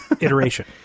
Iteration